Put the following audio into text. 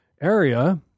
area